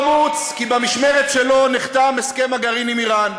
הוא חמוץ כי במשמרת שלו נחתם הסכם הגרעין עם איראן,